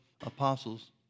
apostles